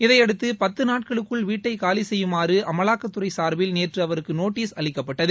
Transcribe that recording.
இதையடுத்து பத்து நாட்களுக்குள் வீட்டை காலி செய்யுமாறு அமலாக்கத்துறை சார்பில் நேற்று அவருக்கு நோட்டீஸ் அளிக்கப்பட்டது